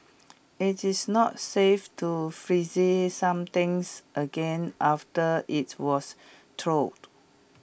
IT is not safe to freezing something again after IT was thawed